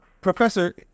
Professor